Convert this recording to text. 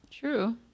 True